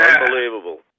Unbelievable